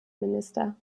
minister